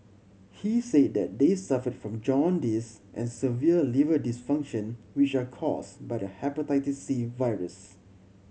he said that they suffered from jaundice and severe liver dysfunction which are caused by the Hepatitis C virus